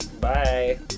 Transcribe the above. Bye